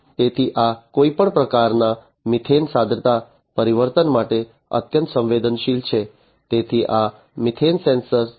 તેથી આ કોઈપણ પ્રકારના મિથેન સાંદ્રતા પરિવર્તન માટે અત્યંત સંવેદનશીલ છે તેથી આ મિથેન સેન્સર છે